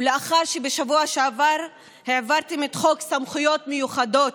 לאחר שבשבוע שעבר העברתם את חוק סמכויות מיוחדות,